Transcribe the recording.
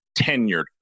tenured